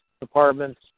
departments